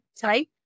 type